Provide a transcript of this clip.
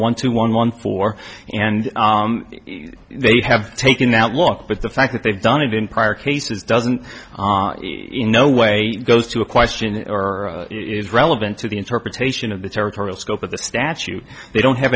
one two one one four and they have taken out look but the fact that they've done it in prior cases doesn't in no way goes to a question or it is relevant to the interpretation of the territorial scope of the statute they don't have